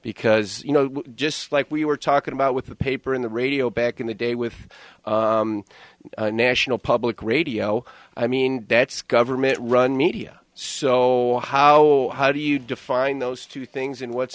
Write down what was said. because you know just like we were talking about with the paper in the radio back in the day with national public radio i mean that's government run media so how do you define those two things and what's